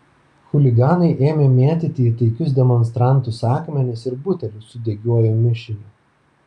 chuliganai ėmė mėtyti į taikius demonstrantus akmenis ir butelius su degiuoju mišiniu